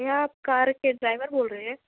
भैया आप कार के ड्राइवर बोल रहे हैं